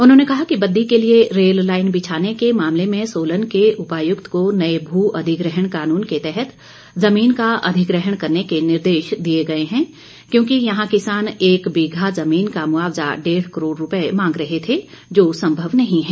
उन्होंने कहा कि बद्दी के लिए रेल लाईन बिछाने के मामले में सोलन के उपायुक्त को नए भू अधिग्रहण कानून के तहत जमीन का अधिग्रहण करने के निर्देश दिए गए हैं क्योंकि यहां किसान एक बीघा जमीन का मुआवजा डेढ़ करोड़ रुपए मांग रहे थे जो संभव नहीं है